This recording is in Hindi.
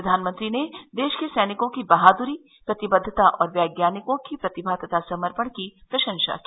प्रधानमंत्री ने देश के सैनिकों की बहादुरी प्रतिबद्वता और वैज्ञानिकों की प्रतिभा तथा समर्पण की प्रशंसा की